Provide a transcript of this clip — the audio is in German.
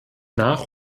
nach